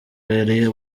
yari